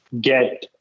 get